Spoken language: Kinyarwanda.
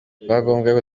rwagombaga